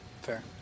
Fair